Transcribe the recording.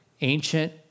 ancient